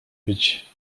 być